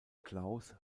claus